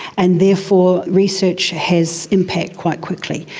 and therefore research has impact quite quickly.